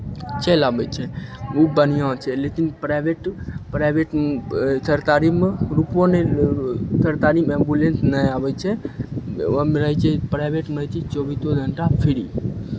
चलि आबै छै ओ बढ़िआँ छै लेतिन प्राइवेट प्राइवेट सरतारीमे रुपैओ नहि थरतारीमे एम्बुलेन्थ नहि आबै छै ओहिमे रहै छै प्राइवेटमे रहै छै चौबीसो घण्टा फ्री